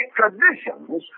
traditions